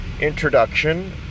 introduction